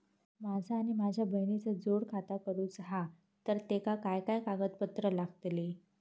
माझा आणि माझ्या बहिणीचा जोड खाता करूचा हा तर तेका काय काय कागदपत्र लागतली?